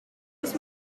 has